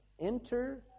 Enter